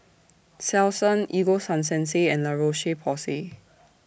Selsun Ego Sunsense and La Roche Porsay